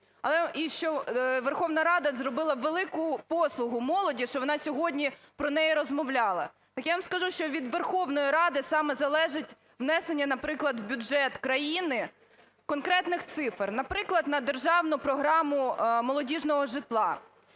і що Верховна Рада зробила велику послугу молоді, що вона сьогодні про неї розмовляла. Так я вам скажу, що від Верховної Ради саме залежить внесення, наприклад, в бюджет країни конкретних цифр. Наприклад, на державну програму молодіжного житла.